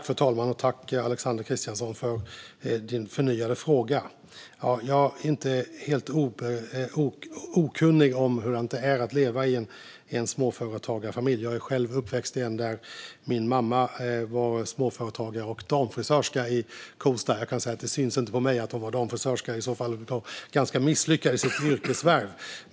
Fru talman! Tack, Alexander Christiansson, för din förnyade fråga! Jag är inte helt okunnig om hur det är att leva i en småföretagarfamilj. Jag är själv uppväxt i en. Min mamma var småföretagare och damfrisörska i Kosta. Det syns inte på mig att hon var frisör, och det kan nog inte tas som att hon var misslyckad i sitt yrkesvärv.